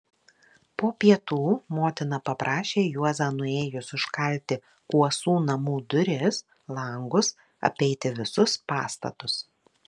po pietų motina paprašė juozą nuėjus užkalti kuosų namų duris langus apeiti visus pastatus